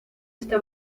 está